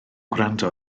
gwrando